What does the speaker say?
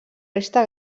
resta